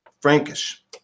Frankish